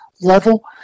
level